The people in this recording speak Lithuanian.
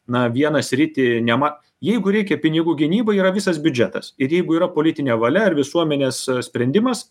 na vieną sritį nema jeigu reikia pinigų gynybai yra visas biudžetas ir jeigu yra politinė valia ar visuomenės sprendimas